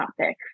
topic